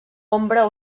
ombra